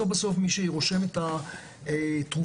מי שרושם את התרופה,